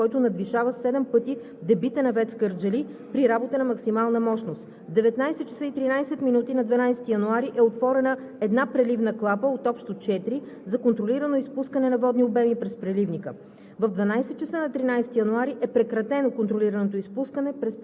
От 11 януари 2021-а се наблюдава увеличаване на притока, който надвишава 7 пъти дебита на ВЕЦ „Кърджали“ при работа на максимална мощност. В 19,13 ч. на 12 януари е отворена една преливна клапа от общо четири за контролирано изпускане на водни обеми през преливника.